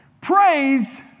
Praise